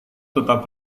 tetap